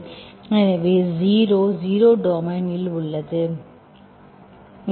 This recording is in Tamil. எனவே 0 0 டொமைன்இல் உள்ளது